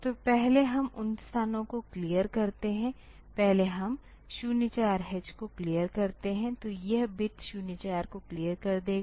तो पहले हम उन स्थानों को क्लियर करते हैं पहले हम 0 4h को क्लियर करते है तो यह बिट 04 को क्लियर कर देगा